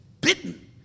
bitten